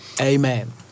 Amen